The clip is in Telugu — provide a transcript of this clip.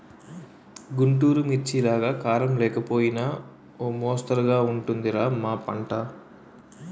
గుంటూరు మిర్చిలాగా కారం లేకపోయినా ఓ మొస్తరుగా ఉంటది రా మా పంట